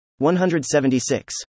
176